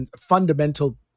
fundamental